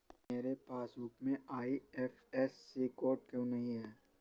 मेरे पासबुक में IFSC code क्यो नहीं है?